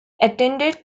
attended